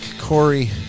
Corey